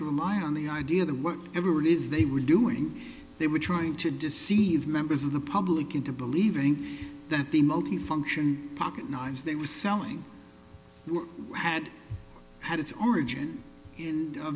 to rely on the idea that what ever it is they were doing they were trying to deceive members of the public into believing that the multifunction pocket knives they were selling had had its origin in